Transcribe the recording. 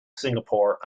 singapore